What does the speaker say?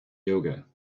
yoga